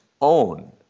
own